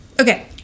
okay